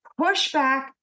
pushback